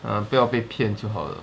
嗯不要被骗就好了